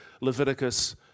Leviticus